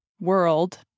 world